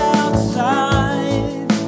outside